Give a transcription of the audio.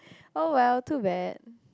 oh well too bad